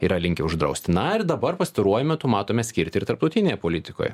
yra linkę uždrausti na ir dabar pastaruoju metu matome skirti ir tarptautinėje politikoje